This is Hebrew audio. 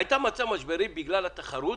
היא היתה במצב משברי בגלל התחרות,